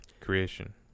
creation